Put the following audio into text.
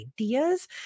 ideas